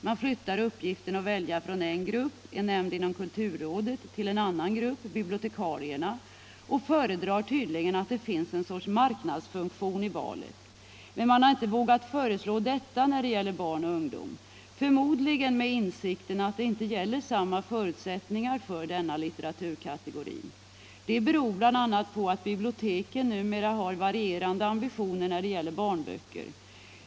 Man flyttar uppgiften att välja från en grupp — en nämnd inom kulturrådet — till en annan grupp, bibliotekarierna, och föredrar tydligen att det finns en sorts ”marknadsfunktion” i valet. Men man har inte vågat föreslå detta när det gäller barn och ungdom — förmodligen med insikten att det inte gäller samma förutsättningar för denna litteraturkategori. Det beror bl.a. på att biblioteken numera har varierande ambitioner när det gäller barnböcker.